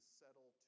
settle